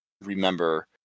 remember